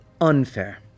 unfair